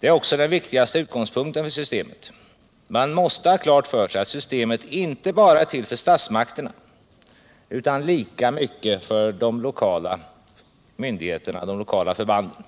Det är också den viktigaste utgångspunkten för systemet. Men man måste ha klart för sig att systemet inte bara är till för statsmakterna utan lika mycket för de lokala förbanden.